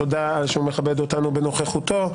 תודה שמכבד אותנו בנוכחותו,